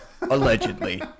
allegedly